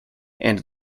and